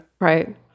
right